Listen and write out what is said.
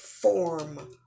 form